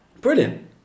Brilliant